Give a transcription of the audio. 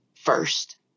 first